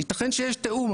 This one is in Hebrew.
יתכן שיש תיאום,